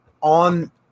on